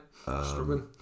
struggling